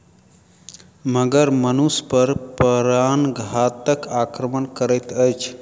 मगर मनुष पर प्राणघातक आक्रमण करैत अछि